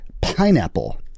pineapple